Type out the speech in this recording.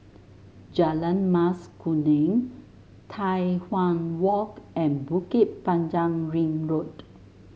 Jalan Mas Kuning Tai Hwan Walk and Bukit Panjang Ring Road